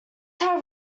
had